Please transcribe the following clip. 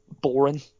boring